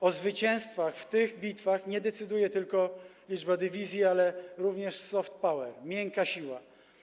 O zwycięstwach w tych bitwach nie decyduje liczba dywizji, ale również soft power, miękka siła.